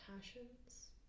passions